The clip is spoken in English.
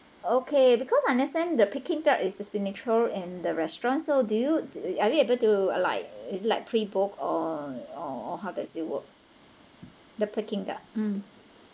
okay because I understand the peking duck is a signature in the restaurants so do you are you able to like like pre book or or or how does it works the peking duck mm